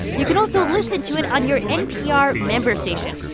you can also listen to it on your npr member station.